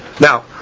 Now